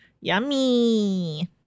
Yummy